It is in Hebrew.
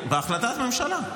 בהחלטת ממשלה.